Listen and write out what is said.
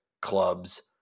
club's